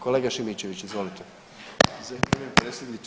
Kolega Šimičević, izvolite.